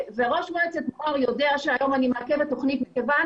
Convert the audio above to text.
ראש מועצת מע'אר יודע שאני מעכבת תוכנית היום מכיוון